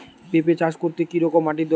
পেঁপে চাষ করতে কি রকম মাটির দরকার?